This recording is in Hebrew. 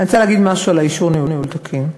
אני רוצה להגיד משהו על אישור ניהול תקין.